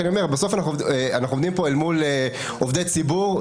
אבל בסוף אנחנו עומדים פה מול עובדי ציבור,